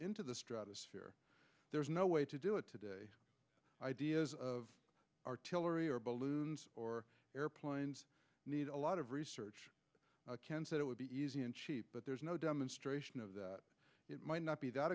into the stratosphere there's no way to do it today ideas of artillery or balloons or airplanes need a lot of research that would be easy and cheap but there's no demonstration of that it might not be that